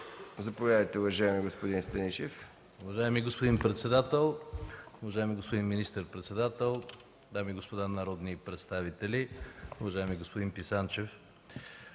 Заповядайте, уважаеми господин Станишев. СЕРГЕЙ СТАНИШЕВ (КБ): Уважаеми господин председател, уважаеми господин министър-председател, дами и господа народни представители, уважаеми господин Писанчев!